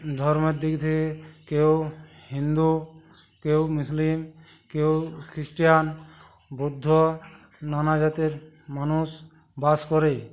ধর্মর দিক থেকে কেউ হিন্দু কেউ মুসলিম কেউ খ্রিস্টান বৌদ্ধ নানা জাতের মানুষ বাস করে